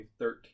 2013